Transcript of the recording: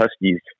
huskies